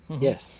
Yes